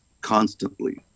constantly